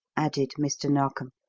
added mr. narkom,